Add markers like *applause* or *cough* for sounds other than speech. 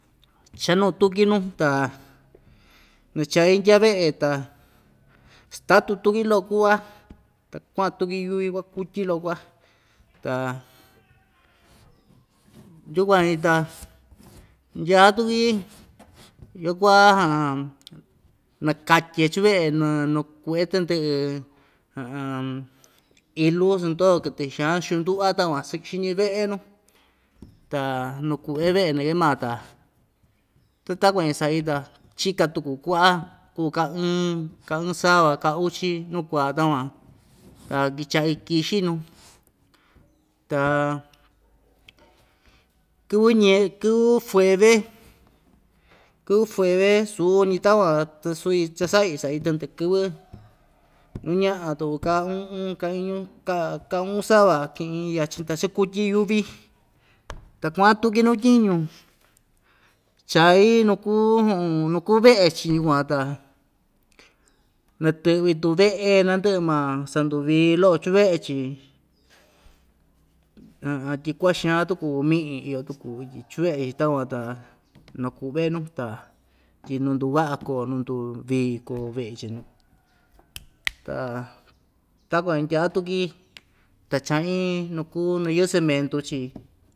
Chanu'un tuki nu ta nachai ndya ve'e ta statu tuki lo'o ku'va ta kua'an tuki yuvi kuakutyi lo'o ku'a ta yukuan‑ñi ta ndya tuki iyo ku'a *hesitation* nakatye chuve'e na *unintelligible* nuku'e tɨndɨ'ɨ *hesitation* ilu van sando kɨtɨ xan xundu'va takuan sik xiñi ve'e nu ta nuku've ve'e nakatyi maa‑yo ta takuan‑ñi sa'i ta chika tuku kua'a kuu kaa ɨɨn ka ɨɨn sava ka ɨɨn sava ka uchi nuu kua takuan ta kicha' kixi nuu ta kɨvɨ ñer kɨvɨ fueve kɨvɨ fueve suñi takuan ta suñi cha sa'i sa'i tɨndɨ'ɨ kɨvɨ nuu ña'a tuku ka u'un ka iñu ka ka u'un sava kɨ'ɨn yachin ta chakutyi yuvi ta kua'an tuki nuu tyɨñu chai nuu kuu *hesitation* nu kuu ve'e‑chi yukuan ta natɨ'vɨ tuve'e nandɨ'ɨ maa sanduvii lo'o chuve'e‑chi *hesitation* tyi kuaxan tuku mi'in iyo tuku ityi chuve'e‑chi takuan ta naku've nuu ta tyi nuu nduva'a koo nuu nduvii koo ve'e‑chi nuu ta takuan ndyaa tuki ta cha'in nuu kuu nuu yɨ'ɨ cementu‑chi.